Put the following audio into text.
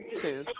two